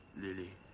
Lily